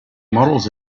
models